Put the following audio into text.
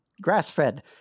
Grass-fed